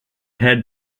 head